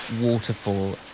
waterfall